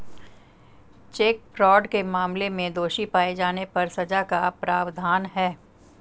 check fraud के मामले में दोषी पाए जाने पर सजा का प्रावधान है